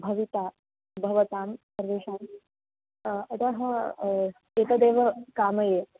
भविता भवतां सर्वेषाम् अतः एतदेव कामये